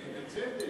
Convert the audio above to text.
בצדק.